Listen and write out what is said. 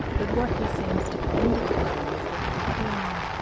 but what he seems to be indicating is that for him,